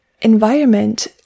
environment